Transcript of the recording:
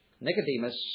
Nicodemus